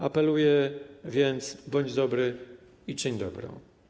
Apeluję więc: bądź dobry i czyń dobro.